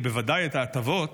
ובוודאי את ההטבות,